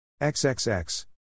XXX